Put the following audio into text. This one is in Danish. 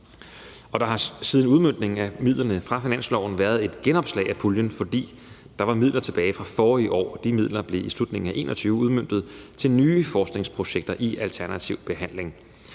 Og der har siden udmøntningen af midlerne fra finansloven været et genopslag af puljen, fordi der var midler tilbage fra forrige år, og de midler blev i slutningen af 2021 udmøntet til nye forskningsprojekter i alternativ behandling.